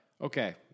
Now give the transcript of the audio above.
Okay